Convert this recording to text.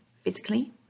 physically